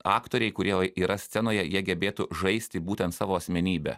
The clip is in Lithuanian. aktoriai kurie yra scenoje jie gebėtų žaisti būtent savo asmenybę